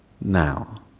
now